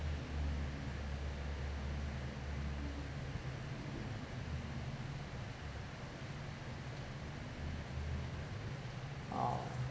oh